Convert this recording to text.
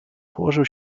położył